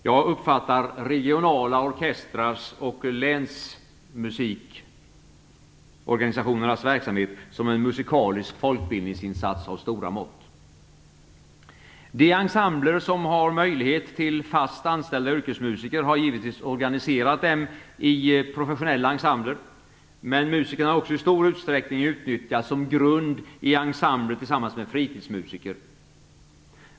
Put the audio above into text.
Jag uppfattar de regionala orkestrarnas och länsmusikorganisationernas verksamhet som en musikalisk folkbildningsinsats av stora mått. De ensembler som har möjlighet till fast anställda yrkesmusiker har givetvis organiserat dem i professionella ensembler. Men musikerna har också i stor utsträckning utnyttjats som grund i ensembler tillsammans med fritidsmusiker.